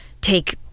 take